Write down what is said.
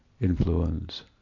influence